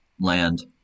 land